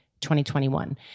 2021